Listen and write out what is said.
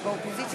55,